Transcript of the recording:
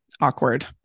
awkward